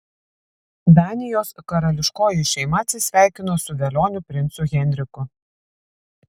danijos karališkoji šeima atsisveikino su velioniu princu henriku